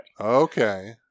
Okay